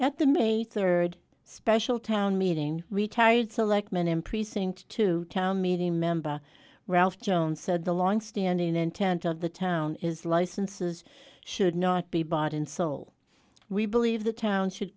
at the may third special town meeting retired selectman in precinct two town meeting member ralph jones said the longstanding intent of the town is licenses should not be bought and sold we believe the town should